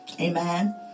Amen